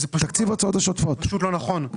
זה פשוט לא נכון.